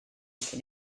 cyn